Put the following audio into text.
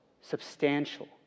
substantial